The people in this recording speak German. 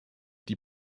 die